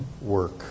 work